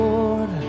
Lord